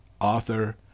author